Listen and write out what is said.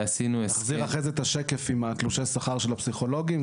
עשינו הסכם --- נחזיר אחרי זה את השקף עם תלושי השכר של הפסיכולוגים.